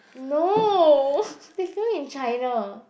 no they film in China